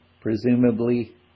presumably